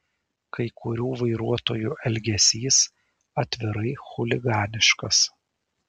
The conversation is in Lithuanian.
kai kurių vairuotojų elgesys atvirai chuliganiškas